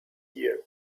year